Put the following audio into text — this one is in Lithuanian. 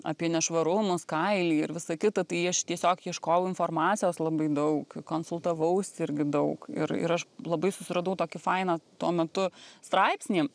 apie nešvarumus kailį ir visa kita tai aš tiesiog ieškojau informacijos labai daug konsultavausi irgi daug ir ir aš labai susiradau tokį fainą tuo metu straipsnį